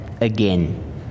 again